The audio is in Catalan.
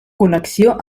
connexió